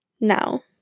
Now